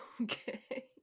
Okay